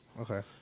Okay